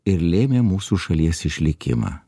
ir lėmė mūsų šalies išlikimą